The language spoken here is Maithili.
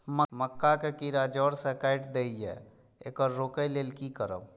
मक्का के कीरा जड़ से काट देय ईय येकर रोके लेल की करब?